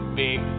big